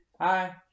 Hi